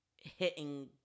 hitting